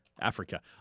Africa